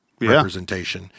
representation